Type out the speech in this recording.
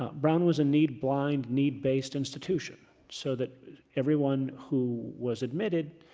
ah brown was a need blind, need based institution, so that everyone who was admitted